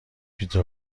پیتزا